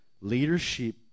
Leadership